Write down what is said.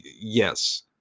Yes